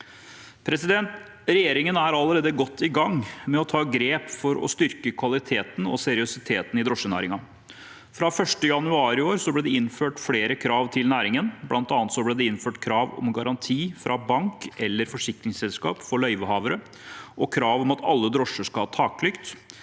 Regjeringen er allerede godt i gang med å ta grep for å styrke kvaliteten og seriøsiteten i drosjenæringen. Fra 1. januar i år ble det innført flere krav til næringen. Blant annet ble det innført krav om garanti fra bank eller forsikringsselskap for løyvehavere og krav om at alle drosjer skal ha taklykt.